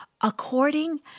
according